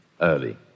early